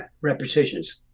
repetitions